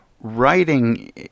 writing